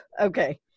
Okay